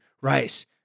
rice